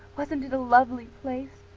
wasn't it a lovely place?